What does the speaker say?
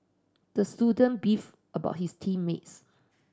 the student beef about his team mates